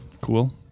Cool